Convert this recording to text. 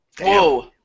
Whoa